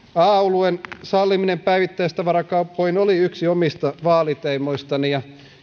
oluen salliminen päivittäistavarakauppoihin oli yksi omista vaaliteemoistani ja